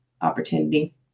opportunity